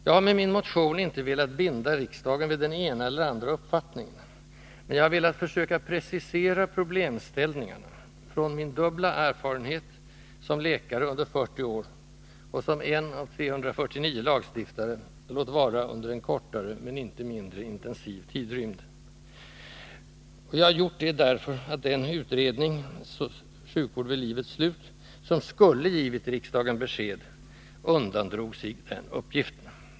Jag har med min motion inte velat binda riksdagen vid den ena eller andra uppfattningen, men jag har velat försöka precisera problemställningarna från min dubbla erfarenhet som läkare under 40 år och som en av 349 lagstiftare, låt vara under en kortare men inte mindre intensiv tidrymd. Jag har gjort det därför att den utredning — Sjukvård vid livets slut — som skulle ha givit riksdagen besked undandrog sig den uppgiften.